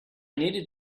needed